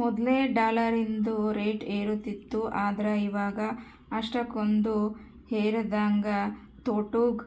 ಮೊದ್ಲು ಡಾಲರಿಂದು ರೇಟ್ ಏರುತಿತ್ತು ಆದ್ರ ಇವಾಗ ಅಷ್ಟಕೊಂದು ಏರದಂಗ ತೊಟೂಗ್